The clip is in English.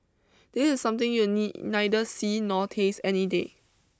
this is something you'll knee neither see nor taste any day